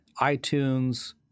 iTunes